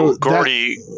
Gordy